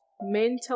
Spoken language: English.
mental